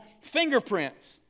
fingerprints